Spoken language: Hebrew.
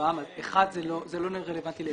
זה לא רלוונטי ל-(1)?